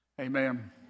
Amen